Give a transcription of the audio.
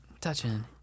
touching